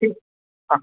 ঠিক অঁ